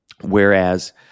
Whereas